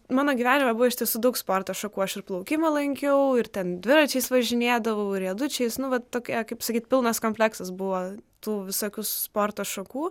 mano gyvenime buvo iš tiesų daug sporto šakų aš ir plaukimą lankiau ir ten dviračiais važinėdavau riedučiais nu va tokia kaip sakyt pilnas kompleksas buvo tų visokių sporto šakų